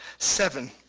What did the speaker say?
seven,